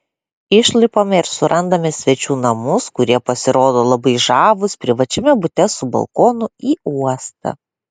išlipame ir surandame svečių namus kurie pasirodo labai žavūs privačiame bute su balkonu į uostą